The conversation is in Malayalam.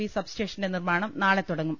വി സബ്സ്റ്റേഷന്റെ നിർമ്മാണം നാളെ തുടങ്ങും